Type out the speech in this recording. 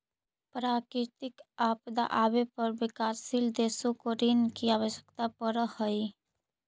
प्राकृतिक आपदा आवे पर विकासशील देशों को ऋण की आवश्यकता पड़अ हई